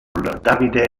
davide